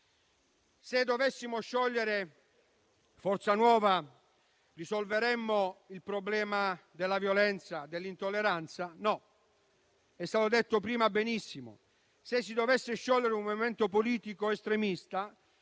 Se dovessimo sciogliere Forza Nuova, risolveremmo il problema della violenza e dell'intolleranza? No. È già stato detto prima benissimo: se si dovesse sciogliere un movimento politico estremista,